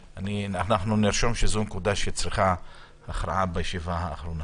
נרשום שזו נקודה שצריכה הכרעה בישיבה האחרונה.